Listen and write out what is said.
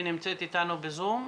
היא נמצאת איתנו בזום,